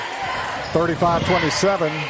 35-27